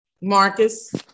Marcus